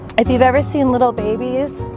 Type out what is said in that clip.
if you've ever seen little babies,